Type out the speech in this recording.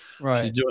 Right